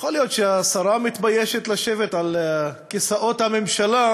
יכול להיות שהשרה מתביישת לשבת על כיסאות הממשלה,